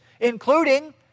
including